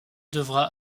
devra